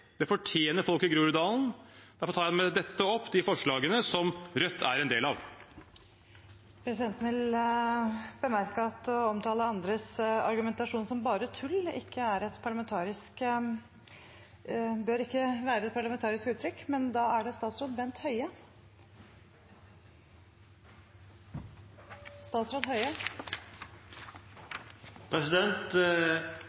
Det fortjener folk i Groruddalen. Derfor anbefaler jeg med dette de forslagene som Rødt er en del av. Presidenten vil bemerke at å omtale andres argumentasjon som «bare tull», ikke er et parlamentarisk uttrykk. Jeg er, som representantene i helse- og omsorgskomiteen, opptatt av at det